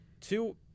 Two